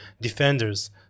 defenders